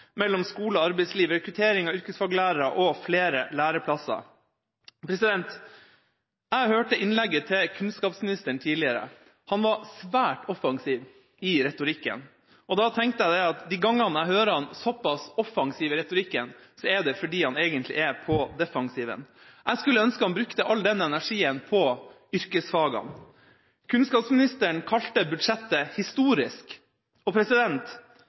mellom skole og arbeidsliv, rekruttering av yrkesfaglærere og flere læreplasser. Jeg hørte innlegget til kunnskapsministeren tidligere. Han var svært offensiv i retorikken. Da tenkte jeg at de gangene jeg hører ham såpass offensiv i retorikken, er det fordi han egentlig er på defensiven. Jeg skulle ønske han brukte all den energien på yrkesfagene. Kunnskapsministeren kalte budsjettet historisk.